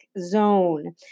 zone